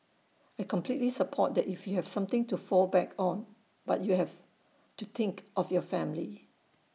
I completely support that if you have something to fall back on but you have to think of your family